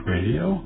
Radio